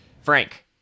Frank